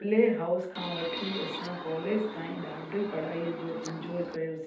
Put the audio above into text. play house खां वठी असां कॉलेज ताईं ॾाढी पढ़ाईअ जो इन्जॉय कयोसीं